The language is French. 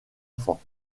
enfants